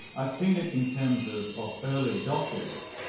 i've seen it in terms of of early adopters.